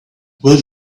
will